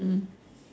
mm mm